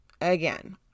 Again